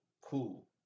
Cool